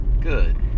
Good